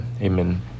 amen